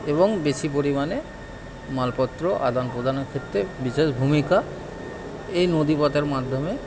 এবং বেশি পরিমাণে মালপত্র আদান প্রদানের ক্ষেত্রে বিশেষ ভূমিকা এই নদীপথের মাধ্যমে